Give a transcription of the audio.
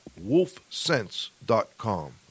wolfsense.com